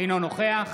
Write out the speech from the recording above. אינו נוכח